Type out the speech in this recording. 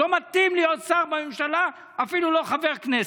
הוא לא מתאים להיות שר בממשלה, אפילו לא חבר כנסת.